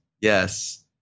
yes